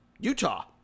utah